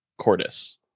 cordis